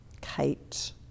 Kate